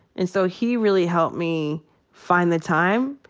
and so he really helped me find the time.